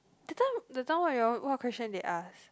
that time that time what you all what question they ask